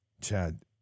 Chad